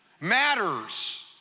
matters